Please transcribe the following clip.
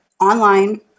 online